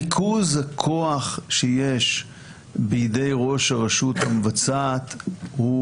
ריכוז הכוח שיש בידי ראש הרשות המבצעת הוא